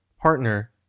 partner